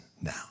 now